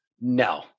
no